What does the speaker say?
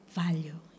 value